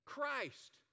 Christ